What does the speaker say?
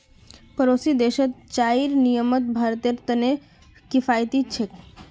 पड़ोसी देशत चाईर निर्यात भारतेर त न किफायती छेक